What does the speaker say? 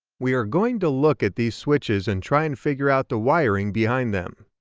we are going to look at these switches and try and figure out the wiring behind them,